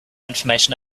information